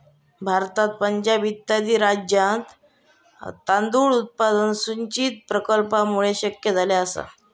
भारतात पंजाब इत्यादी राज्यांत तांदूळ उत्पादन सिंचन प्रकल्पांमुळे शक्य झाले आसा